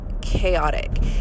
chaotic